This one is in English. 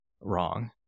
wrong